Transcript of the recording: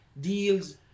deals